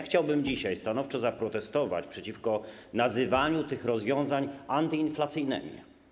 Chciałbym dzisiaj stanowczo zaprotestować przeciwko nazywaniu tych rozwiązań antyinflacyjnymi.